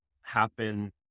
happen